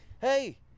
hey